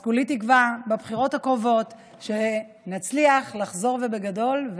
אז כולי תקווה שבבחירות הקרובות נצליח לחזור ובגדול,